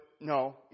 No